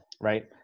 Right